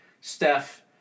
Steph